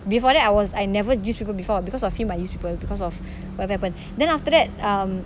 before that I was I never use people before because of him I used people because of what happened then after that um